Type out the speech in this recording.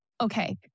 okay